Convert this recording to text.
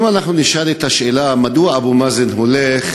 אם אנחנו נשאל מדוע אבו מאזן הולך